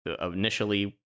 initially